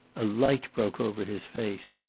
a light broke over his face.